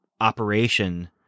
operation